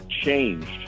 changed